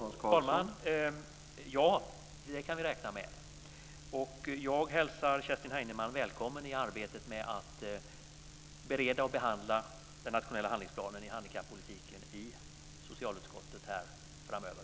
Herr talman! Ja, det kan vi räkna med. Jag hälsar Kerstin Heinemann välkommen i arbetet med att bereda och behandla den nationella handlingsplanen för handikappolitiken i socialutskottet här framöver.